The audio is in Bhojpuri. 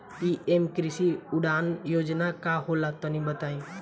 पी.एम कृषि उड़ान योजना का होला तनि बताई?